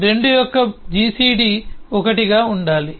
ఈ 2 యొక్క జిసిడి 1 గా ఉండాలి